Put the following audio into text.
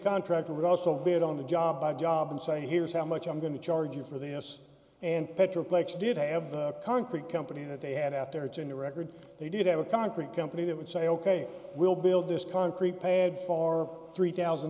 contractor would also bid on the job by job and say here's how much i'm going to charge you for this and petra plex did have the concrete company that they had out there it's a new record they did have a concrete company that would say ok we'll build this concrete pad for three thousand